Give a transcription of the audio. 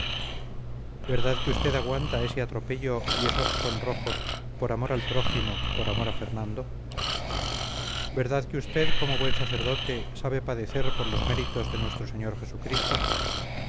verdad que usted aguanta ese atropello y esos sonrojos por amor al prójimo por amor a fernando verdad que usted como buen sacerdote sabe padecer por los méritos de nuestro señor jesucristo